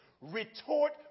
retort